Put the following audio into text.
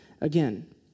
again